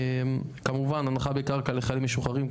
כמובן הנחה בקרקע לחיילים משוחררים,